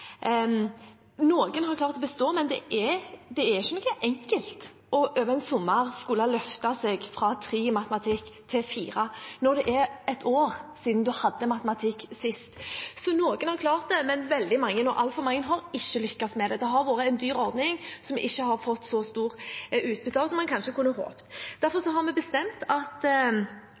Noen har klart å bestå, men det er ikke enkelt over en sommer å skulle løfte seg fra 3 til 4 i matematikk når det er et år siden en hadde matematikk sist. Noen har klart det, men veldig mange – altfor mange – har ikke lyktes med det. Det har vært en dyr ordning, som en ikke har fått så stort utbytte av som en kanskje kunne håpet. Derfor har vi bestemt at